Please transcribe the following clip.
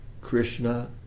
Krishna